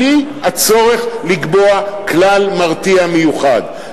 בלי הצורך לקבוע כלל מרתיע מיוחד.